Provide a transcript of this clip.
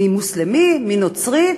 מי מוסלמי, מי נוצרי.